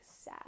sad